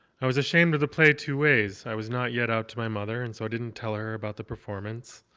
i was ashamed of the play two ways. i was not yet out to my mother, and so i didn't tell her about the performance.